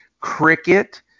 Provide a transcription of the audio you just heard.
cricket